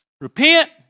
repent